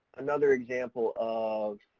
another example of